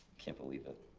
can't believe it.